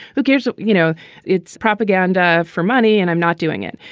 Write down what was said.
who cares. you know it's propaganda for money and i'm not doing it.